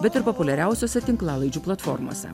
bet ir populiariausiose tinklalaidžių platformose